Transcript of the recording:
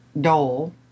dole